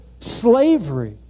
slavery